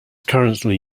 currently